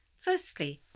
firstly,